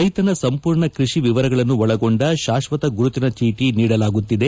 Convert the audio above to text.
ರೈತನ ಸಂಪೂರ್ಣ ಕೃಷಿ ವಿವರಗಳನ್ನು ಒಳಗೊಂಡ ಶಾಕ್ಷತ ಗುರುತಿನ ಚೀಟಿ ನೀಡಲಾಗುತ್ತಿದೆ